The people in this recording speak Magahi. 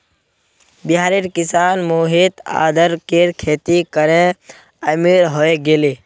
बिहारेर किसान मोहित अदरकेर खेती करे अमीर हय गेले